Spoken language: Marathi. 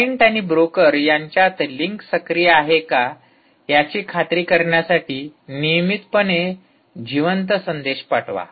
क्लायंटआणि ब्रोकर यांच्यात लिंक सक्रिय आहे याची खात्री करण्यासाठी नियमितपणे जिवंत संदेश पाठवा